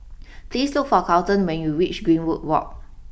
please look for Carleton when you reach Greenwood walk